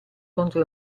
contro